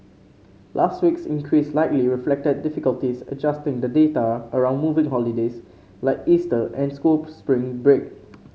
last week's increase likely reflected difficulties adjusting the data around moving holidays like Easter and school spring break